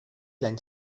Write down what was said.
l’any